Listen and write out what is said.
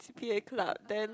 p_a club then